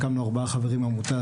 הקמנו ארבעה חברים עמותה,